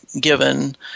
given